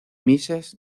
misas